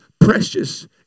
precious